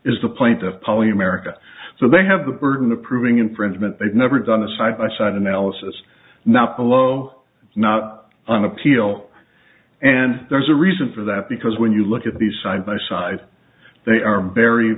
america so they have the burden of proving infringement they've never done a side by side analysis not below not on appeal and there's a reason for that because when you look at these side by side they are very